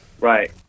Right